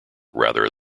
rather